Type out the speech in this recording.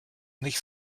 nicht